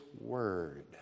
word